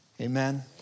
Amen